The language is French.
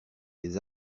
les